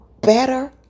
better